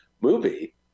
movie